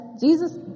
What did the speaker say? Jesus